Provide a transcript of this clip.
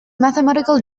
mathematical